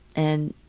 and,